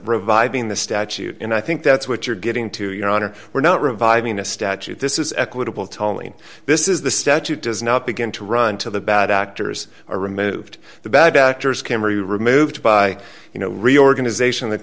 being the statute and i think that's what you're getting to your honor we're not reviving a statute this is equitable tolling this is the statute does not begin to run to the bad actors or removed the bad actors came very removed by you know reorganization